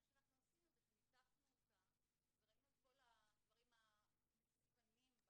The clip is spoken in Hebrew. מה שאנחנו עשינו זה שניתחנו אותה וראינו את כל הדברים המסוכנים בה.